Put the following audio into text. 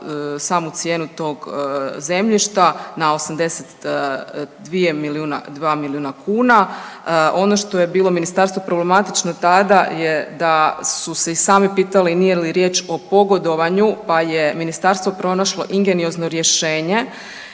samu cijenu tog zemljišta na 82 milijuna kuna. Ono što je bilo ministarstvu problematično tada je da su se i sami pitali nije li riječ o pogodovanju pa je ministarstvo pronašlo ingeniozno rješenje